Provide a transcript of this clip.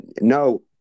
no